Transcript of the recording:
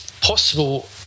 possible